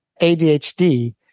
ADHD